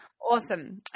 Awesome